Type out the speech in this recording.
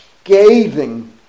scathing